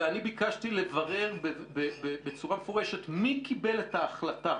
ואני ביקשתי לברר בצורה מפורשת מי קיבל את ההחלטה.